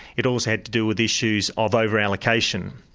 it also had to deal with issues of over-allocation.